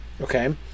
Okay